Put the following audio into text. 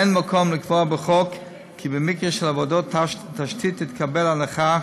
אין מקום לקבוע בחוק כי במקרה של עבודות תשתית תתקבל הנחה